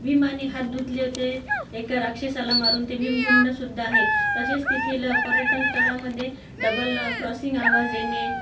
भीमानी हा धुतले होते एका राक्षसाला मारून ते भीमकुंडसुद्धा आहे तसेच तेथील पर्यटन स्थळामध्ये डबल क्रॉसिंग आवाज येणे